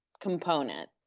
component